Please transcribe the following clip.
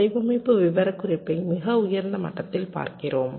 வடிவமைப்பு விவரக்குறிப்பை மிக உயர்ந்த மட்டத்தில் பார்க்கிறோம்